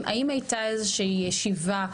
האם הייתה איזו שהיא ישיבה,